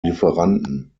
lieferanten